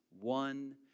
one